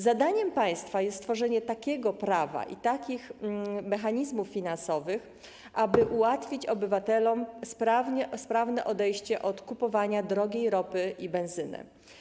Zadaniem państwa jest stworzenie takiego prawa i takich mechanizmów finansowych, aby ułatwić obywatelom sprawne odejście od kupowania drogiej ropy i drogiej benzyny.